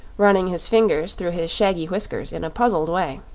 running his fingers through his shaggy whiskers in a puzzled way.